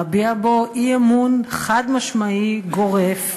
מביע בו אי-אמון חד-משמעי גורף,